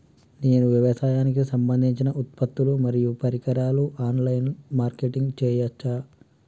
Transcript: నేను వ్యవసాయానికి సంబంధించిన ఉత్పత్తులు మరియు పరికరాలు ఆన్ లైన్ మార్కెటింగ్ చేయచ్చా?